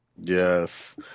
Yes